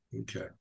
Okay